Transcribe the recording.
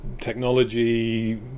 technology